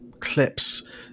clips